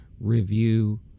review